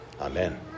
amen